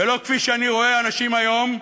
ולא כפי שאני רואה אנשים היום,